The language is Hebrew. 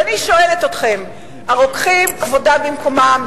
ואני שואלת אתכם: הרוקחים כבודם במקומם,